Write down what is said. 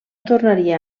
tornaria